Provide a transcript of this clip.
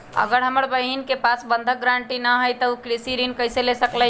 अगर हमर बहिन के पास बंधक गरान्टी न हई त उ कृषि ऋण कईसे ले सकलई ह?